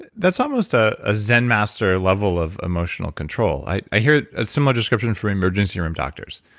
that's almost ah a zen master level of emotional control. i i hear a similar description from emergency room doctors.